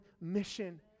mission